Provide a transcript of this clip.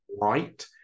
right